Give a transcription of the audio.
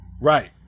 Right